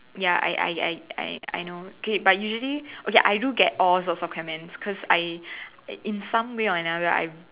ya I I I I I know okay but usually okay I do get all sorts of comments cause I in some way or another I